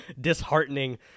disheartening